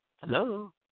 Hello